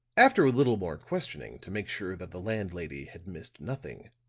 after a little more questioning to make sure that the landlady had missed nothing,